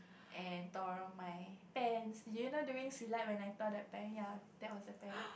and tore my pants do you know during Silat when I tore that pants ya that was that pants